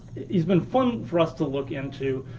he's been fun for us to look into.